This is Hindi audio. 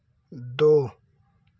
दो